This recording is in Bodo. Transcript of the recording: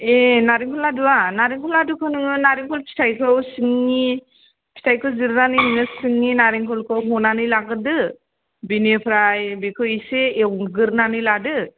ए नारेंखल लादुआ नारेंखल लादुखौ नोङो नारेंखल फिथायखौ सिंनि फिथायखौ जिरनानै नोङो सिंनि नारेंखलखौ नोङो ह'नानै लाग्रोदो बिनिफ्राय बेखौ एसे एवगोरनानै लादो